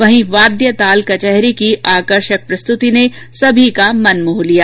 वहीं वाद्य ताल कचहरी की आकर्षक प्रस्तुति ने सबका मन मोह लिया